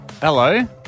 hello